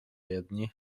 jedni